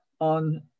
on